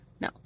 No